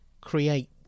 create